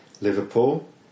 Liverpool